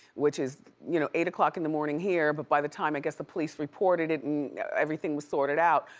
which is you know eight o'clock in the morning here. but by the time, i guess, the police reported it and everything was sorted out,